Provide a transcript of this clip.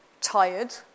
tired